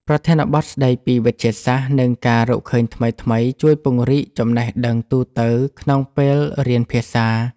ប្រធានបទស្ដីពីវិទ្យាសាស្ត្រ និងការរកឃើញថ្មីៗ ជួយពង្រីកចំណេះដឹងទូទៅក្នុងពេលរៀនភាសា។